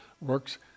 works